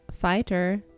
fighter